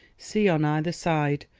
see on either side,